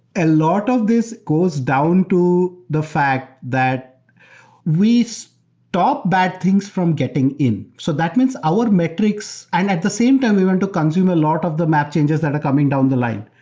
a lot of these goes down to the fact that we so stop bad things from getting in. so that means our metrics and at the same time, we want to consume a lot of the map changes that are coming down the line.